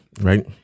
right